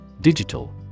Digital